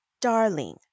Darling